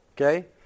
Okay